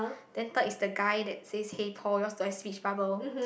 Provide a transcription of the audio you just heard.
then third is the guy that says hey Paul yours don't have speech bubble